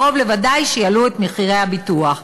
קרוב לוודאי שיעלו את מחירי הביטוח.